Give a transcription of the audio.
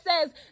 says